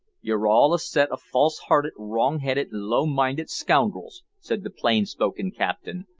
you're all a set of false-hearted, wrong-headed, low-minded, scoundrels, said the plain-spoken captain,